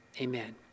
Amen